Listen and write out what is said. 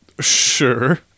Sure